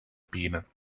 peanut